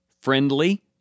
friendly